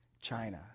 China